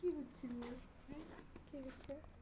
কি সুধিছিল কি সুধিছিল